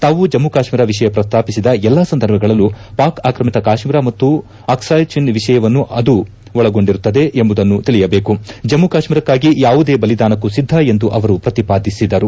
ತಾವು ಜಮ್ಮ ಕಾಶೀರ ವಿಷಯ ಪ್ರಸ್ತಾಪಿಸಿದ ಎಲ್ಲಾ ಸಂದರ್ಭಗಳಲ್ಲೂ ಪಾಕ್ ಆಕ್ರಮಿತ ಕಾಶ್ನೀರ ಮತ್ತು ಆಕ್ಲಾಯ್ ಚಿನ್ ವಿಷಯವನ್ನೂ ಅದು ಒಳಗೊಂಡಿರುತ್ತದೆ ಎಂಬುದನ್ನು ತಿಳಿಯಬೇಕು ಜಮ್ಮ ಕಾಶ್ಮೀರಕ್ಕಾಗಿ ಯಾವುದೇ ಬಲಿದಾನಕ್ಕೂ ಸಿದ್ದ ಎಂದು ಅವರು ಪ್ರತಿಪಾದಿಸಿದರು